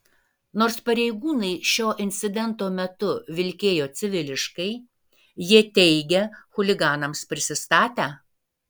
nors pareigūnai šio incidento metu vilkėjo civiliškai jie teigia chuliganams prisistatę